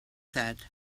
said